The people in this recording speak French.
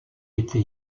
été